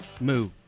Moo